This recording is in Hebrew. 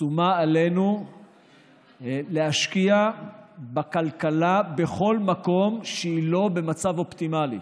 שומה עלינו להשקיע בכלכלה בכל מקום שהיא לא במצב אופטימלי.